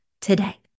today